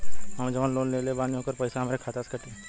हम जवन लोन लेले बानी होकर पैसा हमरे खाते से कटी?